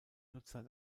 nutzer